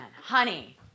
Honey